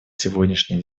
сегодняшняя